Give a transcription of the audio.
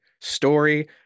story